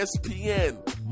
ESPN